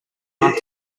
art